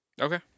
Okay